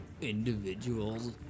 individuals